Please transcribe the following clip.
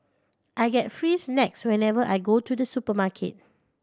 I get free snacks whenever I go to the supermarket